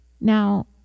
Now